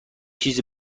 چیز